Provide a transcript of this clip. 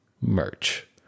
merch